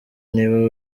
niba